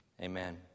Amen